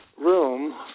room